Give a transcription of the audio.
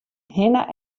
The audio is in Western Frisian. hinne